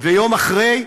ויום אחרי,